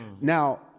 Now